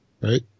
right